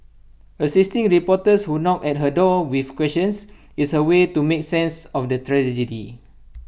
assisting reporters who knock at her door with questions is her way to making sense of the tragedy